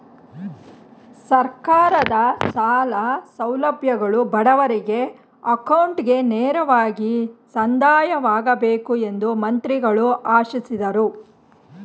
ಸರ್ಕಾರದ ಸಾಲ ಸೌಲಭ್ಯಗಳು ಬಡವರಿಗೆ ಅಕೌಂಟ್ಗೆ ನೇರವಾಗಿ ಸಂದಾಯವಾಗಬೇಕು ಎಂದು ಮಂತ್ರಿಗಳು ಆಶಿಸಿದರು